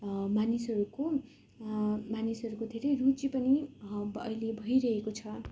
मानिसहरूको मानिसहरूको धेरै रुचि पनि अहिले भइरहेको छ